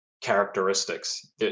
characteristics